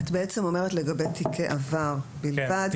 את בעצם אומרת לגבי תיקי עבר בלבד,